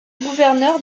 gouverneur